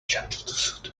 suit